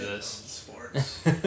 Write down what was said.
sports